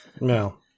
No